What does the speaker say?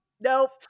nope